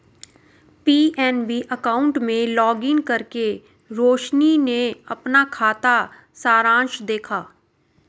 PNB account में login करके रोशनी ने अपना खाता सारांश देखा